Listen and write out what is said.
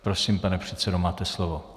Prosím, pane předsedo, máte slovo.